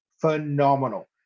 phenomenal